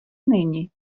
нині